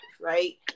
Right